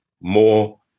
more